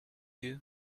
you